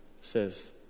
says